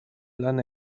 lan